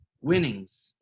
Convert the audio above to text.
Winnings